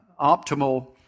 optimal